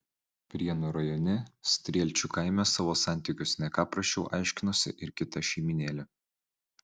prienų rajone strielčių kaime savo santykius ne ką prasčiau aiškinosi ir kita šeimynėlė